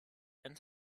and